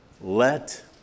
Let